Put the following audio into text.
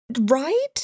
Right